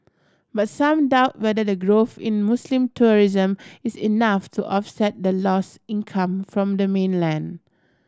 but some doubt whether the growth in Muslim tourism is enough to offset the lost income from the mainland